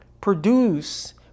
produce